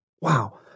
Wow